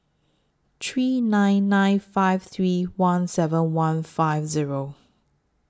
three nine nine five three one seven one five Zero